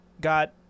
got